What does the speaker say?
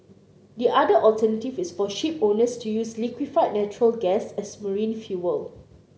the other alternative is for shipowners to use liquefied natural gas as marine fuel